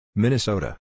Minnesota